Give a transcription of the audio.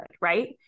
Right